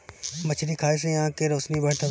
मछरी खाए से आँख के रौशनी बढ़त हवे